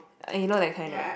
uh you know that kind right